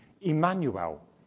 Emmanuel